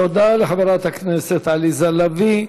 תודה לחברת הכנסת עליזה לביא.